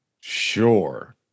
sure